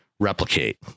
Replicate